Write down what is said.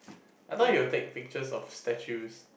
I thought you will take pictures of statues